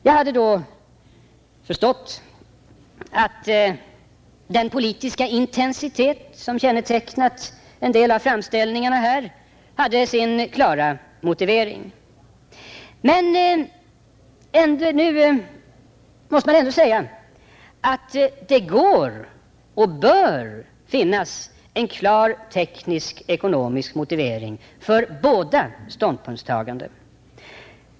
Jag hade då förstått att den politiska intensitet som kännetecknat en del av framställningarna här hade sin klara motivering. Men nu måste man ändå säga att det kan och bör finnas en klar teknisk-ekonomisk motivering för båda ståndpunktstagandena.